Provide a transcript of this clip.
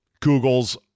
Google's